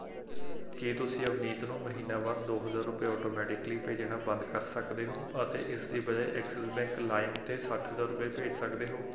ਕੀ ਤੁਸੀਂ ਅਵਨੀਤ ਨੂੰ ਮਹੀਨਾਵਾਰ ਦੋ ਹਜ਼ਾਰ ਰੁਪਏ ਆਟੋਮੈਟਿਕਲੀ ਭੇਜਣਾ ਬੰਦ ਕਰ ਸਕਦੇ ਹੋ ਅਤੇ ਇਸ ਦੀ ਬਜਾਏ ਐਕਸਿਸ ਬੈਂਕ ਲਾਇਮ 'ਤੇ ਸੱਠ ਹਜ਼ਾਰ ਰੁਪਏ ਭੇਜ ਸਕਦੇ ਹੋ